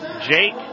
Jake